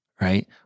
right